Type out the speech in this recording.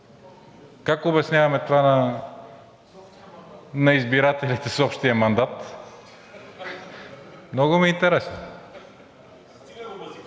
Как обясняваме това на избирателите с общия мандат? Много ми е интересно.